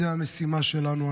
זאת המשימה שלנו.